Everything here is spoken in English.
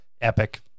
epic